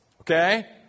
Okay